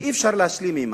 שאי-אפשר להשלים עמה.